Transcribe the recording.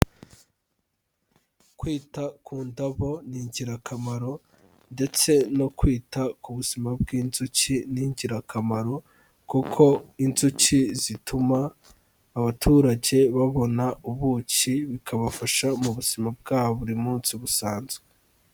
Kwita ku ndabo ni ingirakamaro ndetse no kwita ku buzima bw'inzuki ni ingirakamaro kuko inzuki zituma abaturage babona ubuki, bikabafasha mu buzima bwa buri munsi busanzwe.